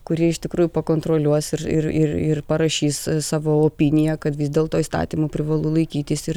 kuri iš tikrųjų pakontroliuos ir ir parašys savo opiniją kad vis dėlto įstatymų privalu laikytis ir